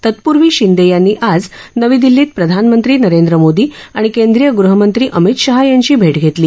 तत्पूर्वी शिंदे यांनी आज नवी दिल्लीत प्रधानमंत्री नरेंद्र मोदी आणि केंद्रीय गृहमंत्री अमित शाह यांची भेट घेतली